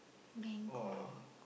Bangkok